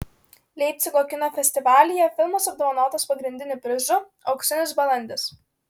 leipcigo kino festivalyje filmas apdovanotas pagrindiniu prizu auksinis balandis